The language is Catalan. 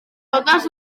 totes